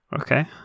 Okay